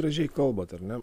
gražiai kalbat ar ne